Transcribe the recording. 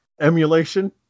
emulation